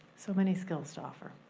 so many skills to offer.